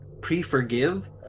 pre-forgive